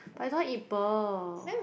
but I don't want eat pearl